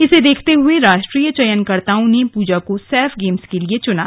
इसे देखते हुए राष्ट्रीय चयनकर्ताओं ने पूजा को सैफ गेम्स के लिए चयनित किया